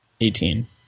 eighteen